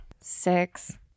Six